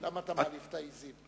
למה אתה מעליב את העזים?